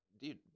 dude